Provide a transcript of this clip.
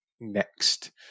next